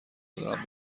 دارم